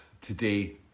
today